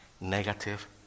negative